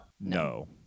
No